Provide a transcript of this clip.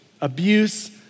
abuse